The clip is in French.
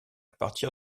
partir